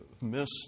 miss